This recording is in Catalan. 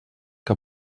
que